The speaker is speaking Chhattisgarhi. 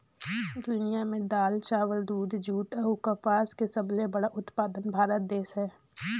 दुनिया में दाल, चावल, दूध, जूट अऊ कपास के सबले बड़ा उत्पादक भारत देश हे